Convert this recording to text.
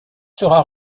sera